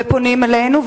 ופונים אלינו,